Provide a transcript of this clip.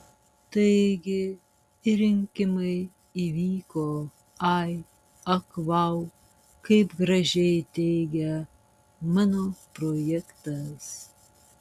taigi ir rinkimai įvyko ai ak vau kaip gražiai teigia mano projektas